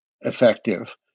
effective